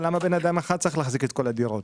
למה בן אדם אחד צריך להחזיק את כל הדירות?